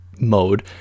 mode